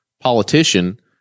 politician